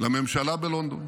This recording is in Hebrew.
לממשלה בלונדון.